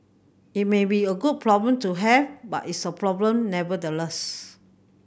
it may be a good problem to have but it's a problem nevertheless